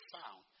found